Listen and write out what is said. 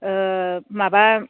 ओह माबा